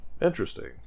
Interesting